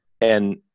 And-